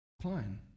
decline